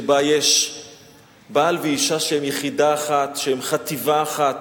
שבה יש בעל ואשה שהם יחידה אחת, שהם חטיבה אחת,